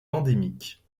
endémique